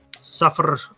suffer